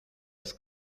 its